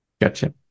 Gotcha